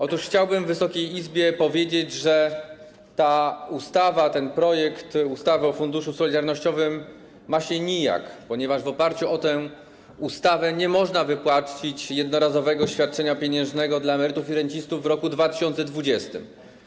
Otóż chciałbym Wysokiej Izbie powiedzieć, że ta ustawa, ten projekt ustawy o Funduszu Solidarnościowym ma się nijak, ponieważ w oparciu o tę ustawę nie można wypłacić jednorazowego świadczenia pieniężnego dla emerytów i rencistów w roku 2020.